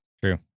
True